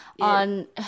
on